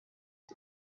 cye